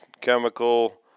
chemical